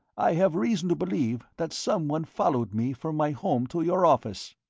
i have reason to believe that someone followed me from my home to your office.